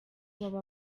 baba